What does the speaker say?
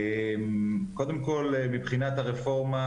קודם כל מבחינת הרפורמה,